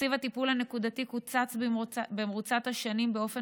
תקציב "הטיפול הנקודתי" קוצץ במרוצת השנים באופן